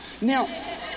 Now